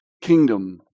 kingdom